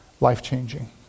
life-changing